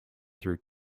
through